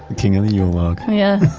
king of the yule log yeah,